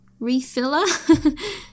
refiller